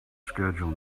schedule